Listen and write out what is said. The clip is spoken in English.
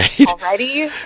Already